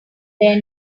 there